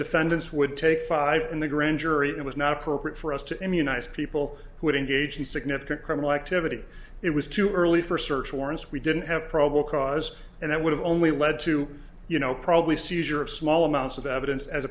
defendants would take five in the grand jury it was not appropriate for us to immunize people who didn't gauge the significant criminal activity it was too early for search warrants we didn't have probable cause and that would have only led to you know probably seizure of small amounts of evidence as